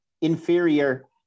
inferior